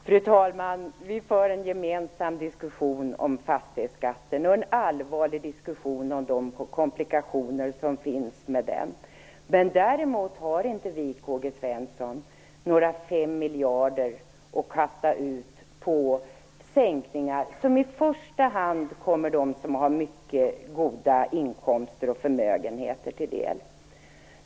Fru talman! Vi för en gemensam diskussion om fastighetsskatten och en allvarlig diskussion om de komplikationer som den är förenad med. Däremot har vi inte några 5 miljarder att kasta ut på sänkningar som i första hand kommer dem som har mycket goda inkomster och förmögenheter till del.